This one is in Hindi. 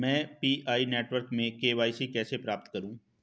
मैं पी.आई नेटवर्क में के.वाई.सी कैसे प्राप्त करूँ?